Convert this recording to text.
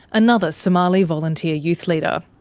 another somali volunteer youth leader.